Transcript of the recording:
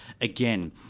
again